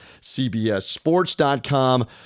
CBSSports.com